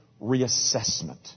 reassessment